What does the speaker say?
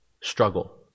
struggle